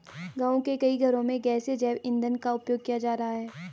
गाँव के कई घरों में गैसीय जैव ईंधन का उपयोग किया जा रहा है